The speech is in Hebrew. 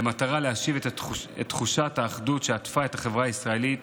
במטרה להשיב את תחושת האחדות שעטפה את החברה הישראלית